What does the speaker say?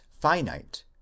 finite